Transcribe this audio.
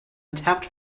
tapped